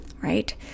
right